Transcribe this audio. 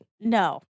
No